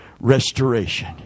Restoration